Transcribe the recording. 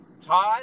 todd